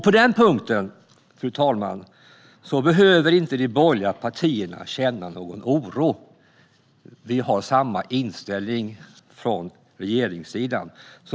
På den punkten behöver inte de borgerliga partierna känna någon oro. Vi har samma inställning från regeringssidan.